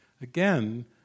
Again